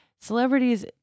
Celebrities